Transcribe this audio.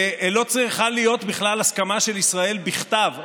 שלא צריכה להיות בכלל הסכמה של ישראל בכתב,